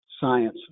science